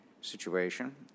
situation